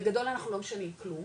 בגדול אנחנו לא משנים כלום,